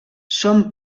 són